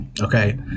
okay